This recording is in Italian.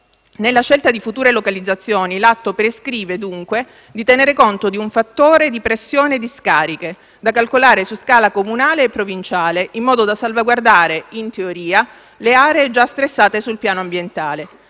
Nella scelta di future localizzazioni l'atto prescrive, dunque, di tenere conto di un «fattore di pressione discariche», da calcolare su scala comunale e provinciale, in modo da salvaguardare, in teoria, le aree già stressate sul piano ambientale.